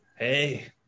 Hey